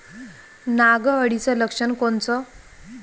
नाग अळीचं लक्षण कोनचं?